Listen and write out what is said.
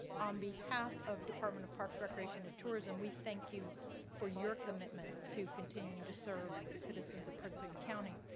on behalf of department of parks, recreation and tourism, we thank you for your commitment to continuing to serve the citizens of prince william and county,